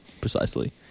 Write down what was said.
Precisely